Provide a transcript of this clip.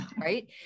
Right